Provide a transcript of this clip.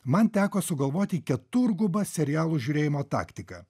man teko sugalvoti keturgubą serialų žiūrėjimo taktiką